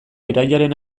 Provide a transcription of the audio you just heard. irailaren